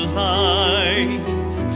life